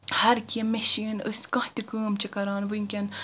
ہر کیٚنٛہہ مِشین أسۍ کانٛہہ تہِ کٲم چھِ کران ونکیٚن